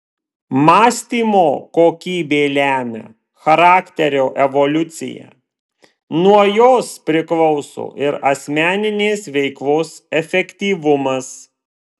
mąstymo kokybė lemia charakterio evoliuciją nuo jos priklauso ir asmeninės veiklos efektyvumas